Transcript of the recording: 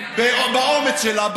באומץ שלה,